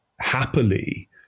happily